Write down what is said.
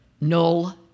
null